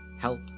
Help